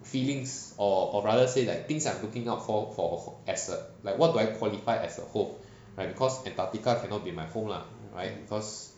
feelings or or rather say like things I'm looking up for for as a like what do I qualify as a home right because antartica cannot be my home lah right cause